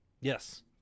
Yes